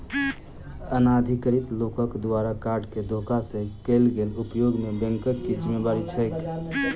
अनाधिकृत लोकक द्वारा कार्ड केँ धोखा सँ कैल गेल उपयोग मे बैंकक की जिम्मेवारी छैक?